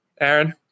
Aaron